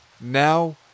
Now